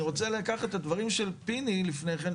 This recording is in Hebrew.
אני רוצה לקחת את הדברים של פיני שהוא אמר לפני כן,